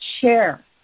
Share